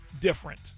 different